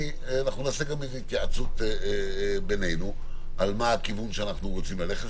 אנחנו נעשה התייעצות בינינו על מה הכיוון שאנחנו רוצים ללכת,